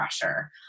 pressure